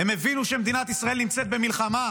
הם הבינו שמדינת ישראל נמצאת במלחמה,